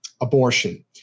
abortion